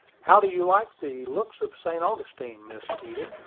how do you like the looks of st. augustine, miss edith?